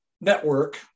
network